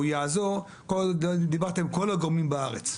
יעזור כל עוד לא דיברתם על כל הגורמים בארץ.